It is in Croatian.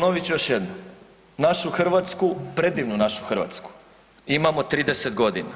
Ponovit ću još jednom, našu Hrvatsku, predivnu našu Hrvatsku imamo 30 godina,